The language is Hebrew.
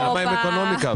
אבל למה עם אקונומיקה?